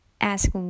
ask